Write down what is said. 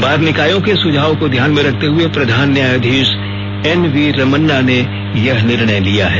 बार निकायों के सुझावों को ध्यान में रखते हुए प्रधान न्यायाधीश एन वी रमन्ना ने यह निर्णय लिया है